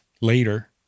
later